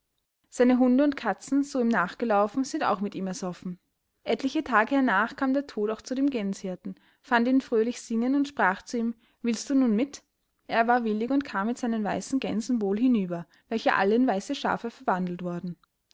seine hunde und katzen so ihm nachgelaufen sind auch mit ihm ersoffen etliche tage hernach kam der tod auch zu dem gänshirten fand ihn fröhlich singen und sprach zu ihm willst du nun mit er war willig und kam mit seinen weißen gänsen wohl hinüber welche alle in weiße schafe verwandelt wor